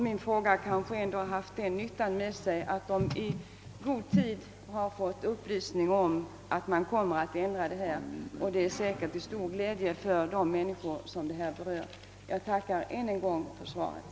Min fråga kanske ändå har haft den nyttan med sig att de i god tid har fått upplysning om att man skall ändra bestämmelserna, och det är sä kert till stor glädje för dem. Tack än en gång för svaret!